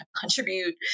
contribute